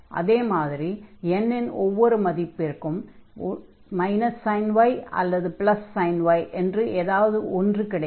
அதே மாதிரி n இன் ஒவ்வொரு மதிப்பிற்கும் sin y அல்லது sin y என்று ஏதாவது ஒன்று கிடைக்கும்